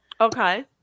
Okay